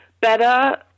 better